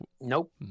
nope